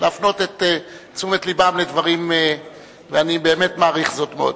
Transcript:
להפנות את תשומת לבם, ואני באמת מעריך זאת מאוד.